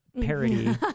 parody